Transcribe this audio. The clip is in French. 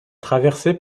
traversé